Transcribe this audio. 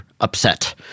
upset